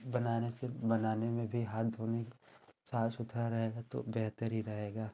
बनाने से बनाने में भी हाथ धोने साफ़ सुथरा रहेगा तो बेहतर ही रहेगा